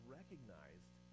recognized